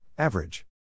Average